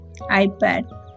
iPad